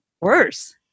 worse